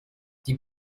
die